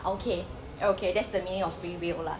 okay okay that's the meaning of free will lah